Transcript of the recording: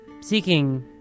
seeking